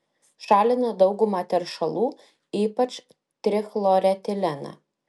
šalina daugumą teršalų ypač trichloretileną